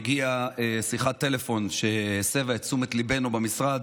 הגיעה שיחת טלפון שהסבה את תשומת ליבנו במשרד